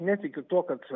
netikiu tuo kad